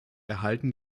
erhalten